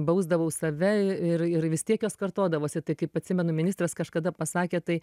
bausdavau save ir ir vis tiek jos kartodavosi tai kaip atsimenu ministras kažkada pasakė tai